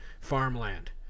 farmland